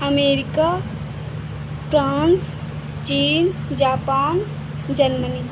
America France China Japan Germany